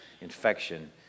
infection